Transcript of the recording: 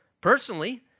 Personally